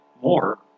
more